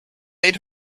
made